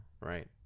right